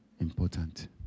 important